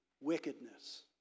wickedness